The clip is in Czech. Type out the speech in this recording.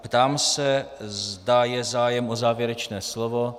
Ptám se, zda je zájem o závěrečné slovo.